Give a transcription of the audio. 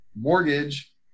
mortgage